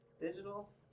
digital